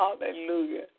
hallelujah